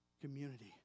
community